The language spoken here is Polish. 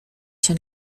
się